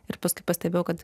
ir paskui pastebėjau kad